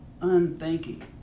unthinking